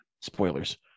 spoilers